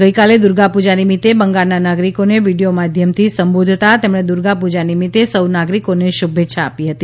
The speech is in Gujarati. ગઈકાલે દુર્ગાપૂજા નિમિત્તે બંગાળના નાગરિકોને વિડીયો માધ્યમથી સંબોધતા તેમણે દુર્ગાપૂજા નિમિત્તે સહુ નાગરિકોને શુભેચ્છાઓ આપી હતી